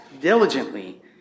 diligently